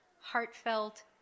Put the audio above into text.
heartfelt